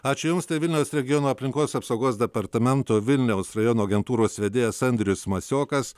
ačiū jums tai vilniaus regiono aplinkos apsaugos departamento vilniaus rajono agentūros vedėjas andrius masiokas